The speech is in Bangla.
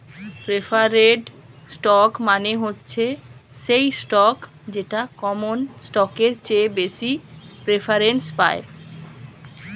প্রেফারেড স্টক মানে হচ্ছে সেই স্টক যেটা কমন স্টকের চেয়ে বেশি প্রেফারেন্স পায়